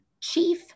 chief